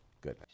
Good